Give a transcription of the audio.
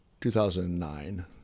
2009